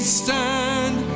stand